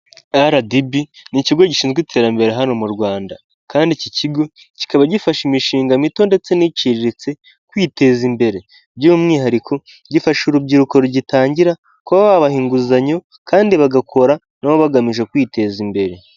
RDB ni ikigo gishinzwe iterambere hano mu Rwanda kandi iki kigo kikaba gifasha imishinga mito ndetse n'iciriritse kwiteza imbere. By'umwihariko gifasha urubyiruko rugitangira, kuba babaha inguzanyo kandi bagakora na bo bagamije kwiteza imbere.